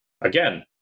again